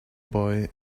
boy